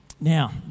Now